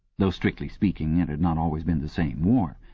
though strictly speaking it had not always been the same war.